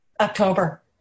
october